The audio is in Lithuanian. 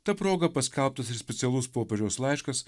ta proga paskelbtas ir specialus popiežiaus laiškas